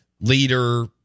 leader